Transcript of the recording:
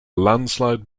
landslide